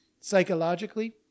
psychologically